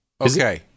Okay